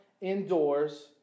indoors